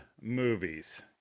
movies